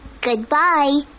Goodbye